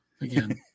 again